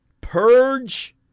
purge